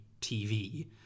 TV